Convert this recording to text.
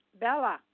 Bella